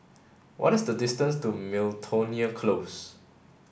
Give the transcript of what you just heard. what is the distance to Miltonia Close